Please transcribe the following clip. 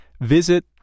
visit